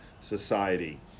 society